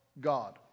God